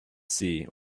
sea